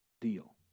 deal